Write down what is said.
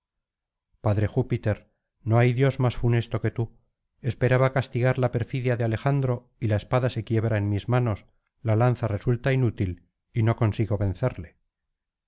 padre júpiter no hay dios más funesto que tú esperaba castigar la perfidia de alejandro y la espada se quiebra en mis manos la lanza resulta inútil y no consigo vencerle